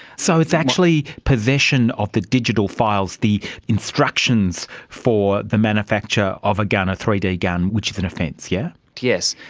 so it's actually possession of the digital files, the instructions for the manufacture of a gun, a three d gun, which is an offence, yeah yes?